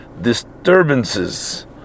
disturbances